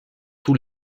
tous